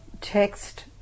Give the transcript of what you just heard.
text